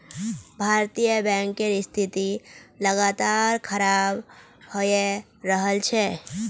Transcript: भारतीय बैंकेर स्थिति लगातार खराब हये रहल छे